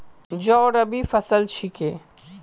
जौ रबी फसल छिके